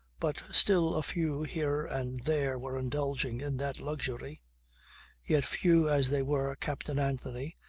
but still a few here and there were indulging in that luxury yet few as they were captain anthony,